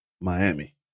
Miami